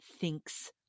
thinks